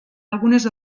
algunes